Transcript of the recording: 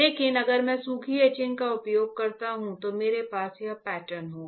लेकिन अगर मैं सूखी एचिंग का उपयोग करता हूँ तो मेरे पास यह पैटर्न होगा